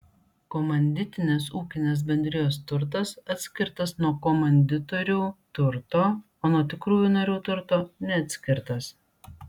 komanditinės ūkinės bendrijos turtas atskirtas nuo komanditorių turto o nuo tikrųjų narių turto neatskirtas